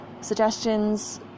suggestions